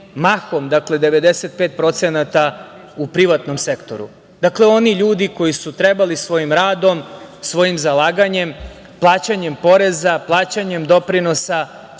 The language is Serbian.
mahom, dakle, 95% u privatnom sektoru. Dakle, oni ljudi koji su trebali svojim radom, svojim zalaganjem, plaćanjem poreza, plaćanjem doprinosa